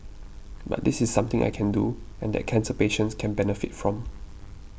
but this is something I can do and that cancer patients can benefit from